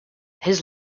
his